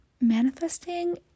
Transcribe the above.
manifesting